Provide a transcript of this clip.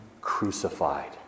crucified